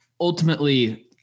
Ultimately